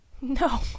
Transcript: No